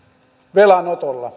velanotolla